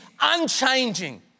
unchanging